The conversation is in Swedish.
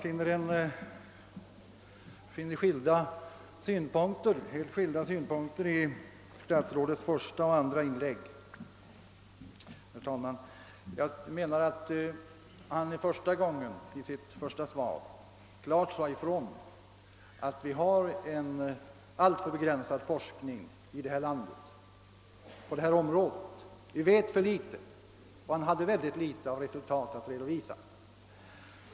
Herr talman! Jag finner helt skilda synpunkter i statsrådets första och i hans andra inlägg. I sitt svar sade han först klart ifrån att vi har en alltför begränsad forskning i vårt land på detta område. Han menade att vi härvidlag vet för litet, och han hade synnerligen små resultat att redovisa.